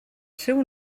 seu